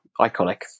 iconic